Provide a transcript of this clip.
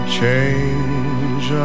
change